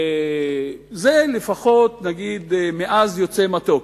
זה, לפחות, מעז יוצא מתוק,